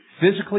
physically